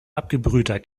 abgebrühter